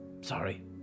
Sorry